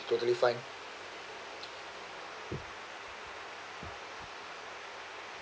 totally fine